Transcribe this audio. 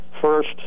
first